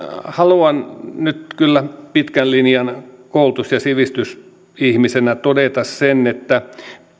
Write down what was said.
haluan nyt kyllä pitkän linjan koulutus ja sivistysihmisenä todeta sen että